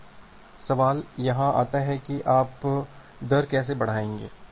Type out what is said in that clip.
अब सवाल यहाँ आता है कि आप दर कैसे बढ़ाएंगे